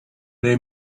they